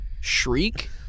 shriek